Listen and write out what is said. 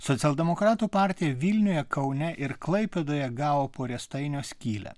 socialdemokratų partija vilniuje kaune ir klaipėdoje gavo po riestainio skylę